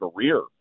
career